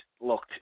looked